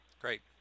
great